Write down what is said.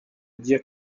dire